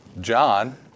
John